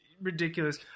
Ridiculous